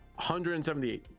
178